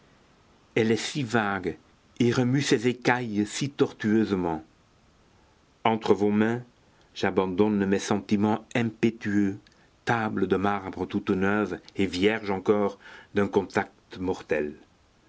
elle est si vague et remue ses écailles si tortueusement entre vos mains j'abandonne mes sentiments impétueux tables de marbre toutes neuves et vierges encore d'un contact mortel